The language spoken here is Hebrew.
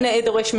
נאה דורש,